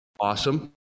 awesome